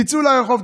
תצאו לרחוב,